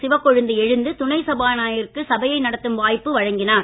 சிவக்கொழுந்து எழுந்து துணைசபாநாயகருக்கு சபையை நடத்தும் வாய்ப்பு வழங்கினார்